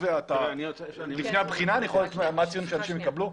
לפני הבחינה אני יכול לדעת מה הציון שאנשים יקבלו?